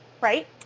right